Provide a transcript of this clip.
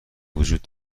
وجود